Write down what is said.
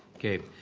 okay.